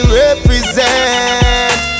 represent